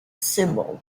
symbols